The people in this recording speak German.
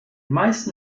meisten